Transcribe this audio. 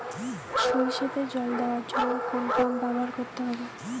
সরষেতে জল দেওয়ার জন্য কোন পাম্প ব্যবহার করতে হবে?